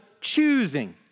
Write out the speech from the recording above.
choosing